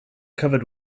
covered